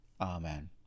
Amen